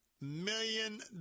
million